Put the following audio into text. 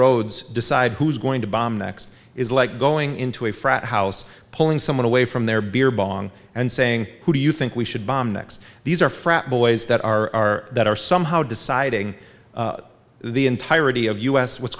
rhodes decide who's going to bomb next is like going into a frat house pulling someone away from their beer bong and saying who do you think we should bomb next these are frat boys that are that are somehow deciding the entirety of us what's